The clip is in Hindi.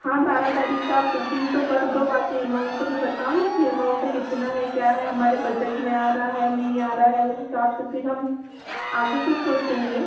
हाँ बारह तारीख का आप बुकिंग तो कर दो बाकी एमाउंट भी बताओ ना कि एमाउंट कितना है क्या है हमारे बजट में आ रहा है नहीं आ रहा है उस हिसाब से फिर हम आगे कुछ सोचेंगे